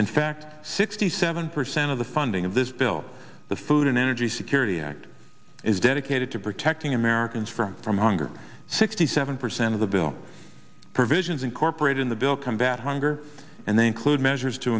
in fact sixty seven percent of the funding of this bill the food and energy security act is dedicated to protecting americans from from hunger sixty seven percent of the bill provisions incorporate in the bill combat hunger and they include measures to